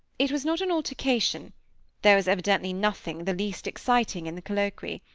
it was not an altercation there was evidently nothing the least exciting in the colloquy.